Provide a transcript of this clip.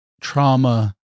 trauma